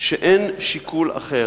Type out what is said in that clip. שאין שיקול אחר.